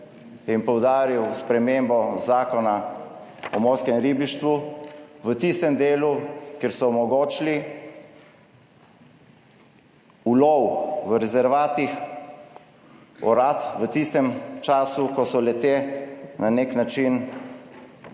in poudaril spremembo Zakona o morskem ribištvu v tistem delu, kjer so omogočili ulov v rezervatih orati v tistem času, ko so le te na nek način